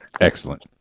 Excellent